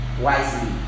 Wisely